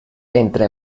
entra